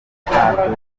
duka